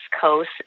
Coast